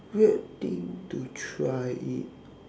weird thing to try it